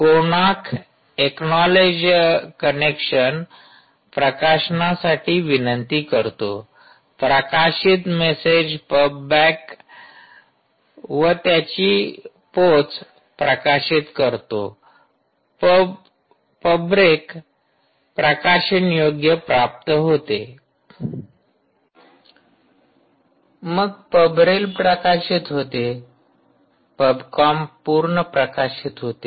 कोनाक acknowledge connection प्रकाशनासाठी विनंती करतो प्रकाशित मेसेज पब बँक व त्याची पोच प्रकाशित करतो पब ब्रेक प्रकाशन योग्य प्राप्त होते मग पब्रेल प्रकाशित होते पब कॉम्प पूर्ण प्रकाशित होते